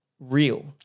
Real